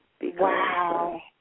Wow